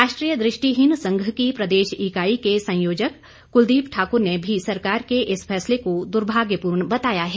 राष्ट्रीय दृष्टिहीन संघ की प्रदेश ईकाई के संयोजक कुलदीप ठाकुर ने भी सरकार के इस फैसले को दुर्भाग्यपूर्ण बताया है